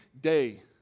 day